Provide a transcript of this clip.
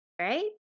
Right